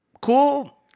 cool